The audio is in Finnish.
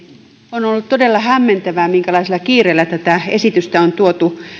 on ollut todella hämmentävää minkälaisella kiireellä tätä esitystä on